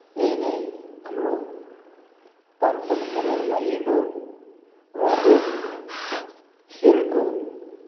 यही नै हाम्रो पारम्परिक खेलहरूमा एक हो र यस खेलको